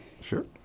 Sure